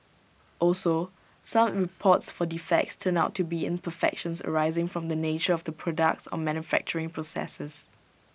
also some reports for defects turned out to be imperfections arising from the nature of the products or manufacturing processes